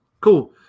Cool